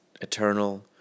eternal